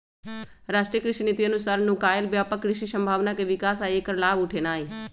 राष्ट्रीय कृषि नीति अनुसार नुकायल व्यापक कृषि संभावना के विकास आ ऐकर लाभ उठेनाई